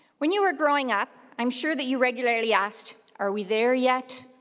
when you were growing up, i'm sure that you regularly asked are we there yet.